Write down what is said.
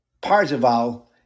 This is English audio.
Parzival